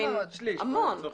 עדיין, זה המון.